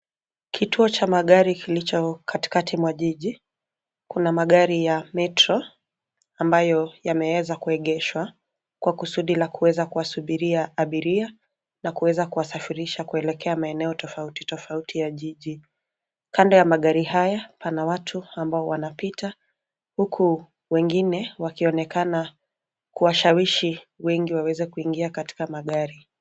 Kituo cha magari kilicho katikati mwa jiji. Kuna magari ya metro ambayo yameweza kuegeshwa kwa kusudi la kuweza kuwasubiria abiria na kuweza kuwasafirisha kuelekea maeneo tofauti tofauti ya jiji. Kando ya magari haya pana watu ambao wanapita huku wengine wakionekana kuwashawishi wengi waweze kuingia katika magari.